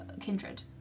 Kindred